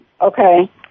okay